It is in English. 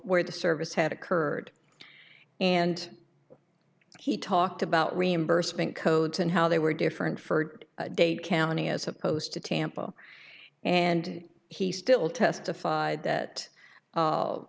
where the service had occurred and he talked about reimbursement codes and how they were different furred dade county as opposed to tampa and he still testified that